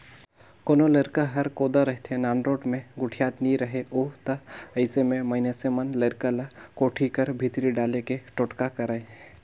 कोनो लरिका हर कोदा रहथे, नानरोट मे गोठियात नी रहें उ ता अइसे मे मइनसे मन लरिका ल कोठी कर भीतरी डाले के टोटका करय